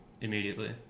immediately